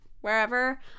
wherever